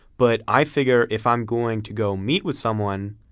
but, i figure, if i'm going to go meet with someone,